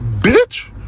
Bitch